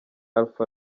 alpha